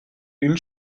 une